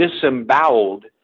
disemboweled